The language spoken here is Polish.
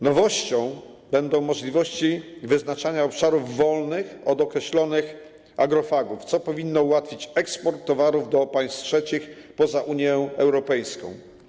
Nowością będą możliwości wyznaczania obszarów wolnych od określonych agrofagów, co powinno ułatwić eksport towarów do państw trzecich, poza Unię Europejską.